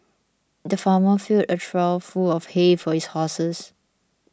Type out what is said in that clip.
the farmer filled a trough full of hay for his horses